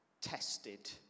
tested